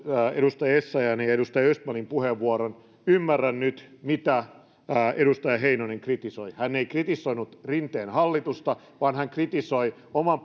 edustaja essayahn ja edustaja östmanin puheenvuorot ymmärrän nyt mitä edustaja heinonen kritisoi hän ei kritisoinut rinteen hallitusta vaan hän kritisoi oman